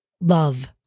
Love